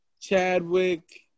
Chadwick